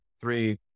three